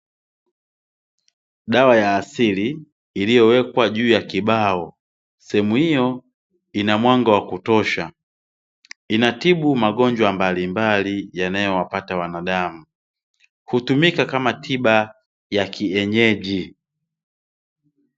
Dawa ya asili iliyowekwa juu ya kibao sehemu hiyo ina mwanga wa kutosha, inatibu magonjwa mbalimbali yanayowapata wanadamu, hutumika kama tiba ya kienyeji.